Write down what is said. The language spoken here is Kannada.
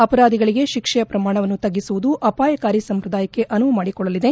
ಅಪರಾಧಿಗಳಿಗೆ ಶಿಕ್ಷೆಯ ಪ್ರಮಾಣವನ್ನು ತಗ್ಗಿಸುವುದು ಅಪಾಯಕಾರಿ ಸಂಪ್ರದಾಯಕ್ಷೆ ಅನುವು ಮಾಡಿಕೊಡಲಿದೆ